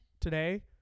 today